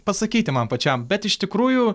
pasakyti man pačiam bet iš tikrųjų